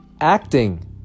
Acting